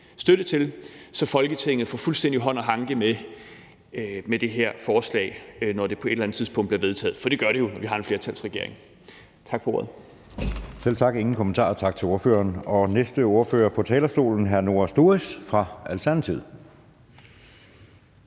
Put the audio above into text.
støtte til, så Folketinget får fuldstændig hånd i hanke med det her forslag, når det på et eller andet tidspunkt bliver vedtaget. For det gør det jo – vi har en flertalsregering. Tak for ordet. Kl. 11:49 Anden næstformand (Jeppe Søe): Selv tak. Der er ingen kommentarer, så vi siger tak til ordføreren. Og næste ordfører på talerstolen er hr. Noah Sturis fra Alternativet.